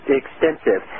extensive